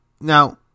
Now